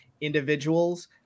individuals